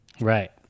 Right